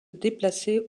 déplacer